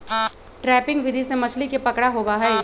trapping विधि से मछली के पकड़ा होबा हई